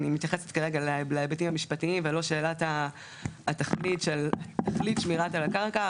מתייחסת כרגע להיבטים המשפטיים ולא לשאלת התכלית של השמירה על הקרקע,